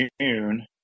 June